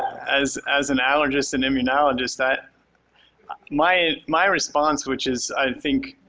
as as an allergist and immunologist that my my response, which is i think